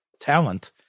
talent